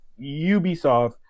ubisoft